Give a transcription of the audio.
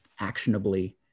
actionably